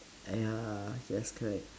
ya that's correct